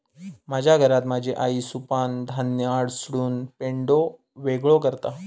माझ्या घरात माझी आई सुपानं धान्य हासडून पेंढो वेगळो करता